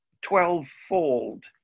twelvefold